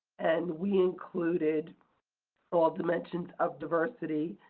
and we included so all dimensions of diversity,